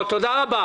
לא, תודה רבה.